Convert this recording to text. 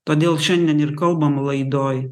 todėl šiandien ir kalbam laidoj